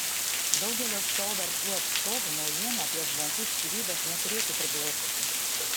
daugelio šou verslo atstovų naujiena apie zvonkų skyrybas neturėtų priblokšti